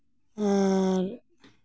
ᱟᱨ